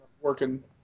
working